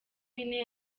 bine